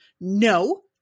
No